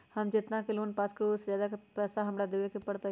हम जितना के लोन पास कर बाबई ओ से ज्यादा पैसा हमरा देवे के पड़तई?